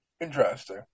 Interesting